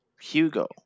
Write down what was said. Hugo